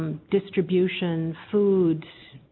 ah. distributions food